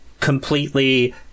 completely